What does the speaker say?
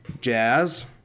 jazz